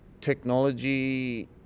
technology